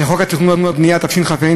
לחוק התכנון והבנייה, התשכ"ה